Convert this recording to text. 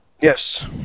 Yes